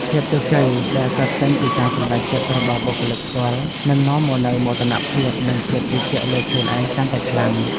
ភាពជោគជ័យដែលកើតចេញពីការសម្រេចចិត្តរបស់បុគ្គលិកផ្ទាល់នឹងនាំមកនូវមោទនភាពនិងភាពជឿជាក់លើខ្លួនឯងកាន់តែខ្លាំង។